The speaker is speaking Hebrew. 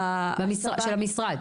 של המשרד?